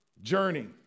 journey